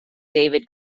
david